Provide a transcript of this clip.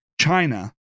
China